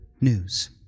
news